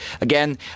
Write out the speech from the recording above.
Again